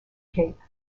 cape